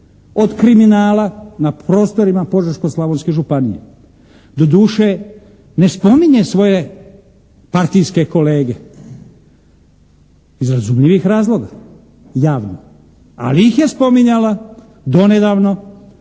od kriminala na prostorima Požeško-Slavonske županije. Doduše ne spominje svoje partijske kolege iz razumljivih razloga javno, ali ih je spominjala donedavno